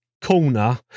Corner